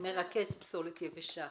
יש פה מרכז פסולת יבשה